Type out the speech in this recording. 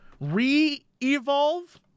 Re-evolve